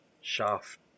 shaft